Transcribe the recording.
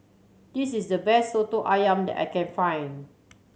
this is the best Soto Ayam that I can find